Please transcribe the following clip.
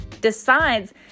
decides